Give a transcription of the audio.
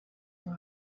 wabo